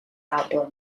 outdoor